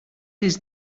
his